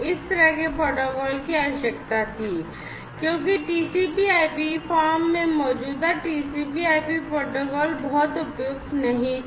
इस तरह के प्रोटोकॉल की आवश्यकता थी क्योंकि मौजूदा फॉर्म में TCP IP प्रोटोकॉल बहुत उपयुक्त नहीं था